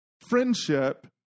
friendship